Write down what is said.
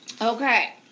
Okay